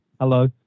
Hello